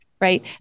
right